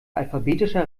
alphabetischer